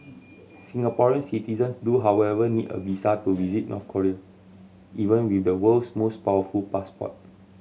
Singaporean citizens do however need a visa to visit North Korea even with the world's most powerful passport